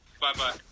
Bye-bye